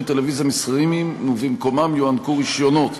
טלוויזיה מסחריים ובמקומם יוענקו רישיונות.